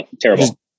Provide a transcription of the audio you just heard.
terrible